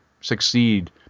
succeed